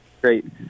Great